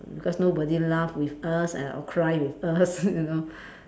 because nobody laugh with us and or cry with us you know